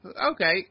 okay